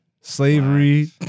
Slavery